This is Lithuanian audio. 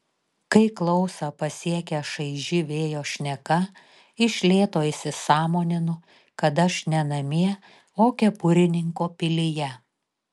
kai klausą pasiekia šaiži vėjo šneka iš lėto įsisąmoninu kad aš ne namie o kepurininko pilyje